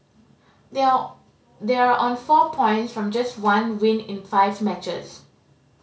they are all they are on four points from just one win in five matches